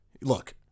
look